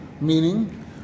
Meaning